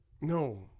No